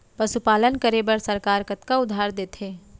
पशुपालन करे बर सरकार कतना उधार देथे?